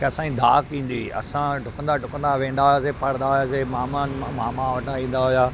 की असांजी डाक ईंदी हुई असां डुकंदा डुकंदा वेंदा हुआसीं पढ़ंदा हुआसीं मामा मामा वॾा ईंदा हुआ